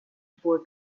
four